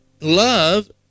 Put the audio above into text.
Love